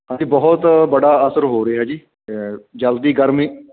ਅਸੀਂ ਬਹੁਤ ਬੜਾ ਅਸਰ ਹੋ ਰਿਹਾ ਜੀ ਜਲਦੀ ਗਰਮੀ